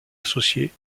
associés